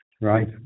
Right